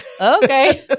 Okay